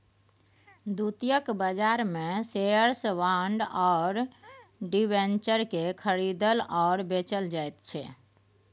द्वितीयक बाजारमे shares bond आओर डिबेंचरकेँ खरीदल आओर बेचल जाइत छै